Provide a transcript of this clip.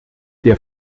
der